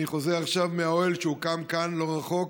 אני חוזר עכשיו מהאוהל שהוקם כאן, לא רחוק,